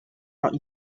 not